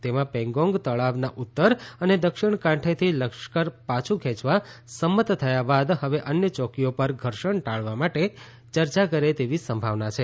તેમાં પેંગોંગ તળાવના ઉત્તર અને દક્ષિણ કાંઠેથી લશ્કર પાછું ખેંચવા સંમત થયા બાદ હવે અન્ય ચોકીઓ પર ઘર્ષણ ટાળવા માટે ચર્ચા કરે તેવી સંભાવના છે